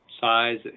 size